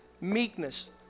meekness